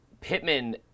Pittman